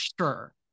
sure